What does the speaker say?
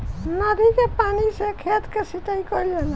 नदी के पानी से खेत के सिंचाई कईल जाला